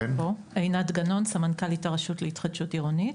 עינת גנון, סמנכ"לית הרשות להתחדשות עירונית.